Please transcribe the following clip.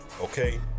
okay